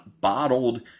bottled